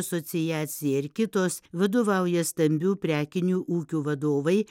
asociacija ir kitos vadovauja stambių prekinių ūkių vadovai